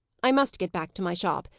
i must get back to my shop.